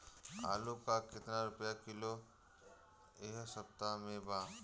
आलू का कितना रुपया किलो इह सपतह में बा?